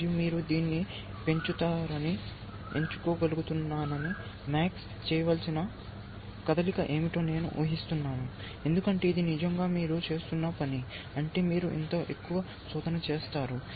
మరియు మీరు దీన్ని పెంచుతారని ఎంచుకోగలుగుతానని MAX చేయవలసిన కదలిక ఏమిటో నేను ఉహిస్తున్నాను ఎందుకంటే ఇది నిజంగా మీరు చేస్తున్న పని అంటే మీరు ఇంత ఎక్కువ శోధన చేస్తారు